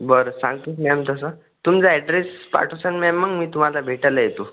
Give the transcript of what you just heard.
बरं सांगतो मॅम तसं तुमचा अॅड्रेस पाठवसान मॅम मग मी तुम्हाला भेटायला येतो